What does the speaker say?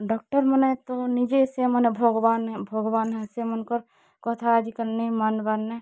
ଡକ୍ଟର୍ମନେ ତ ନିଜେ ସେମାନେ ଭଗ୍ବାନ୍ ଏଁ ଭଗ୍ବାନ୍ ଏଁ ସେମାନ୍କର୍ କଥା ଆଜିକାଲି ନାଇଁ ମାନ୍ବାର୍ନେ